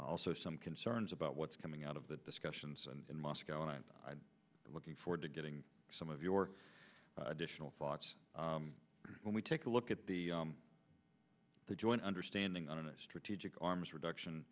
also some concerns about what's coming out of the discussions in moscow and i'm looking forward to getting some of your additional thoughts when we take a look at the joint understanding on a strategic arms reduction